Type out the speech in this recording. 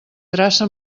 traça